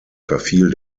verfiel